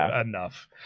enough